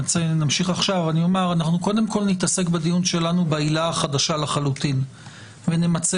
אנחנו קודם כל נתעסק בדיון שלנו בעילה החדשה לחלוטין ונמצה